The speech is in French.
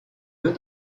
eux